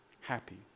Happy